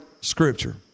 scripture